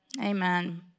Amen